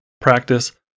Practice